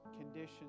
conditions